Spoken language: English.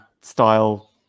style